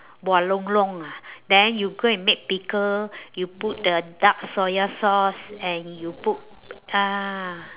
bua long long ah then you go and make pickle you put the dark soya sauce and you put ah